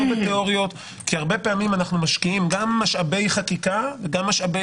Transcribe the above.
כי הרבה פעמים אנחנו משקיעים גם משאבי חקיקה וגם משאבי